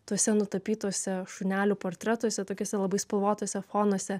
tuose nutapytuose šunelių portretuose tokiuose labai spalvotuose fonuose